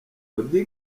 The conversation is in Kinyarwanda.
auddy